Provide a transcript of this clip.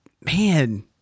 man